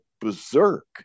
berserk